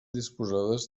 disposades